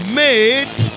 made